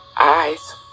eyes